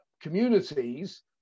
communities